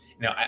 Now